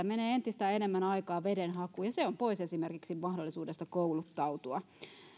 menee entistä enemmän aikaa veden hakuun ja se on pois esimerkiksi mahdollisuudesta kouluttautua